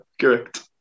correct